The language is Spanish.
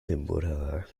temporada